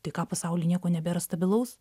tai ką pasauly nieko nebėra stabilaus